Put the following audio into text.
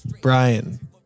brian